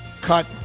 cut